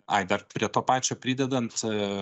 ai dar prie to pačio pridedant